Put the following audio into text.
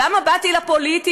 למה באתי לפוליטיקה?